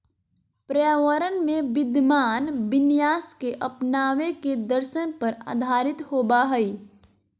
पर्यावरण में विद्यमान विन्यास के अपनावे के दर्शन पर आधारित होबा हइ